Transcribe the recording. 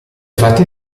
fatti